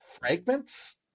fragments